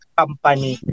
company